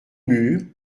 mur